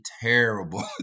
terrible